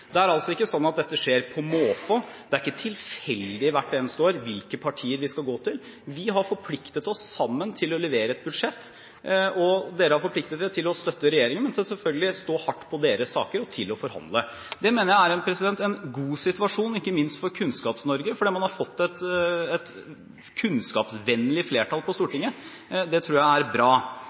Det er altså ikke sånn at dette skjer på måfå. Det er ikke tilfeldig hvert eneste år hvilke partier vi skal gå til. Vi har sammen forpliktet oss til å levere et budsjett, og Kristelig Folkeparti og Venstre har forpliktet seg til å støtte regjeringen, men selvfølgelig også til å stå hardt på sine saker og til å forhandle. Det mener jeg er en god situasjon, ikke minst for Kunnskaps-Norge, fordi man har fått et kunnskapsvennlig flertall på Stortinget. Det tror jeg er bra.